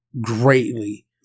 greatly